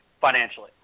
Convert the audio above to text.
financially